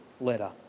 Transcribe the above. letter